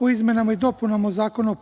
o izmenama i dopunama Zakona